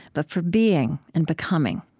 but for being and becoming.